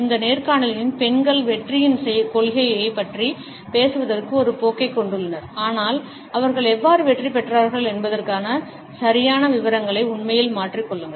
இந்த நேர்காணல்களில் பெண்கள் வெற்றியின் கொள்கைகளைப் பற்றி பேசுவதற்கான ஒரு போக்கைக் கொண்டுள்ளனர் ஆனால் அவர்கள் எவ்வாறு வெற்றி பெற்றார்கள் என்பதற்கான சரியான விவரங்களை உண்மையில் மாற்றிக் கொள்ளுங்கள்